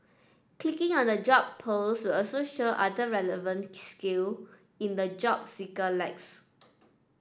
clicking on a job post will also show other relevant skill in the job seeker lacks